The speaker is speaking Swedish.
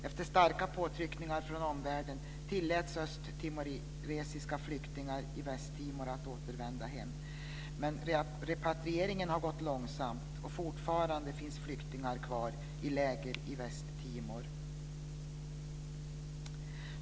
Efter starka påtryckningar från omvärlden tilläts östtimorianska flyktingar i Västtimor att återvända hem, men repatrieringen har gått långsamt, och fortfarande finns flyktingar kvar i läger i Västtimor.